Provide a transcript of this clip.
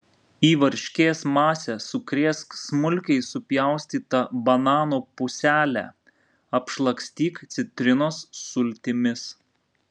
į varškės masę sukrėsk smulkiai supjaustytą banano puselę apšlakstyk citrinos sultimis